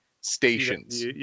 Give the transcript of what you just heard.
stations